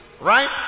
Right